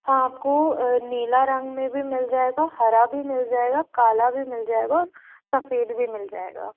आपको नीला रंग में भी मिल जाएगा हरा भी मिल जाएगा काला भी मिल जाएगा सफ़ेद भी मिल जाएगा